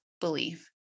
belief